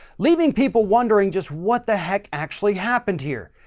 leaving people wondering just what the heck actually happened here.